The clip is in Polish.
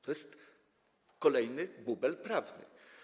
To jest kolejny bubel prawny.